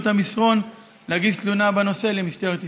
את המסרון להגיש תלונה בנושא למשטרת ישראל.